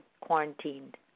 quarantined